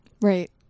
Right